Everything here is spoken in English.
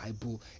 Bible